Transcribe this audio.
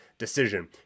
decision